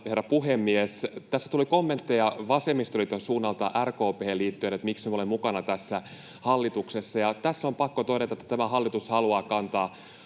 herra puhemies! Tässä tuli kommentteja vasemmistoliiton suunnalta RKP:hen liittyen, että miksi me olemme mukana tässä hallituksessa, ja on pakko todeta, että tämä hallitus haluaa kantaa